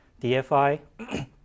DFI